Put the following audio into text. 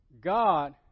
God